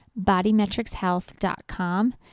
BodyMetricsHealth.com